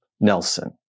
Nelson